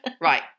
Right